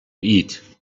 eat